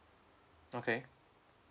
okay